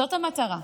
זאת המטרה.